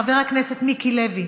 חבר הכנסת מיקי לוי?